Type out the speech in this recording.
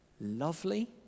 lovely